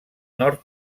nord